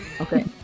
okay